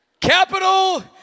Capital